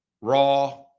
raw